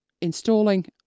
installing